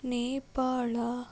Nepal